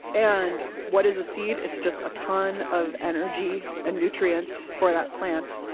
and what is a seed? it's just a ton of energy and nutrients for that plant,